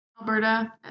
Alberta